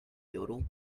yodel